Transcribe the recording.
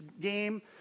game